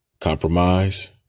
compromise